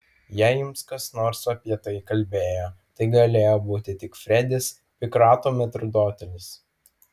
jei jums kas nors apie tai kalbėjo tai galėjo būti tik fredis pikrato metrdotelis